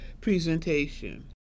presentation